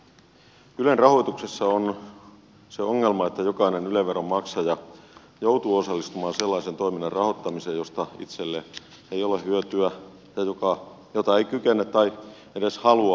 ylen rahoituksessa on se ongelma että jokainen yle veron maksaja joutuu osallistumaan sellaisen toiminnan rahoittamiseen josta itselle ei ole hyötyä ja jota ei kykene tai edes halua ottaa vastaan